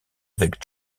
avec